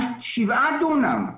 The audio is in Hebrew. על שבעה דונם,